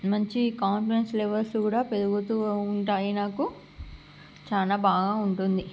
మంచి confidence levels కూడా పెరుగుతూ ఉంటాయి నాకు చాలా బాగా ఉంటుంది